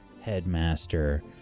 Headmaster